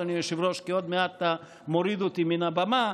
אדוני היושב-ראש: כי עוד מעט אתה מוריד אותי מן הבמה,